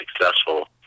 successful